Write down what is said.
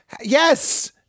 yes